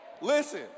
Listen